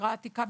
שירה עתיקה,